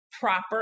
proper